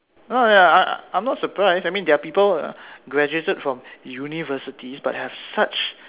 no ya I'm not surprised I mean there are people ah graduated from universities but have such